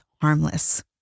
harmless